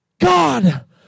God